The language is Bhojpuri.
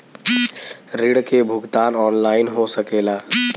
ऋण के भुगतान ऑनलाइन हो सकेला?